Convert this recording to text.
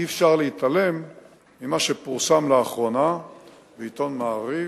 אי-אפשר להתעלם ממה שפורסם לאחרונה בעיתון "מעריב"